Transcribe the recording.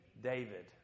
David